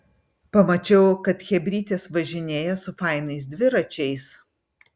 pamačiau kad chebrytės važinėja su fainais dviračiais